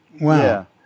Wow